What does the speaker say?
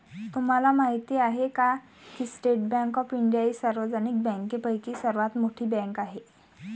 तुम्हाला माहिती आहे का की स्टेट बँक ऑफ इंडिया ही सार्वजनिक बँकांपैकी सर्वात मोठी बँक आहे